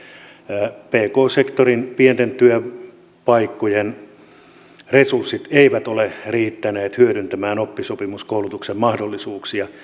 pk sektorin pienten työpaikkojen resurssit eivät ole riittäneet hyödyntämään oppisopimuskoulutuksen mahdollisuuksia